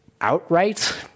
outright